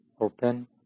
open